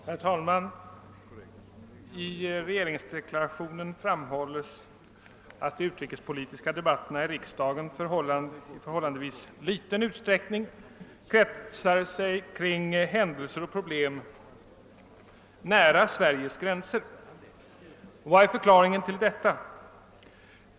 Herr talman! I regeringsdeklarationen framhålles att de utrikespolitiska debatterna i riksdagen i förhållandevis liten utsträckning kretsar kring händelser och problem nära Sveriges gränser. Vad är anledningen till detta?